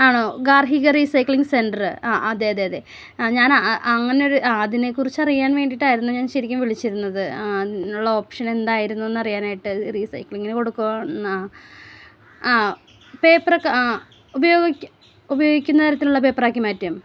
ആണോ ഗാർഹിക recycling centre ആ അതെയതെ അതെ ഞാൻ അങ്ങനെ ഒരു അതിനെക്കുറിച്ച് അറിയാൻ വേണ്ടിയിട്ടായിരുന്നു ഞാൻ ശരിക്കും വിളിച്ചിരുന്നത് ആ അതിനുള്ള ഓപ്ഷൻ എന്തായിരുന്നു എന്ന് അറിയാനായിട്ട് റീസൈക്ലിങ്ങിന് കൊടുക്കാ ആ ആ പേപ്പർ ഒക്കെ ആ ഉപയോഗിക്കുന്ന തരത്തിലുള്ള പേപ്പർ ആക്കി മാറ്റും